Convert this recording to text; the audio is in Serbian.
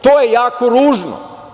To je jako ružno.